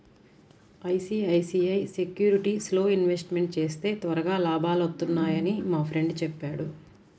ICICI సెక్యూరిటీస్లో investment చేస్తే త్వరగా లాభాలొత్తన్నయ్యని మా ఫ్రెండు చెప్పాడు